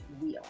wheel